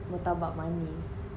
mertabak manis